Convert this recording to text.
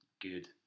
good